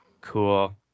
Cool